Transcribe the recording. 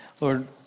Lord